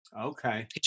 Okay